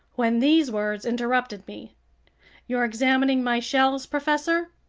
when these words interrupted me you're examining my shells, professor?